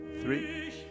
three